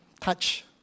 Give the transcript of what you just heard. touch